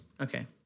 Okay